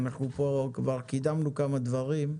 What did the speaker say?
אנחנו כאן כבר קידמנו כמה דברים.